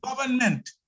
government